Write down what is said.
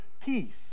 peace